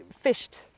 fished